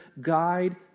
guide